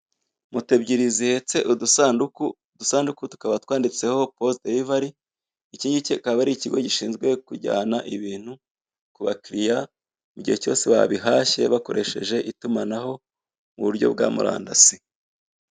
Moto ebyiri zihetse udusanduku, udusanduku tukaba twanditseho "POZ derivari" ikingiki akaba ari ikigo gishinzwe kujyana ibintu kuba kiriya igihe cyose babihashye bakoresheje itumanaho mu buryo bwa murandasi.